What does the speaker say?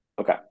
Okay